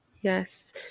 yes